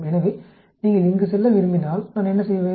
எனவே நீங்கள் இங்கு செல்ல விரும்பினால் நான் என்ன செய்வேன்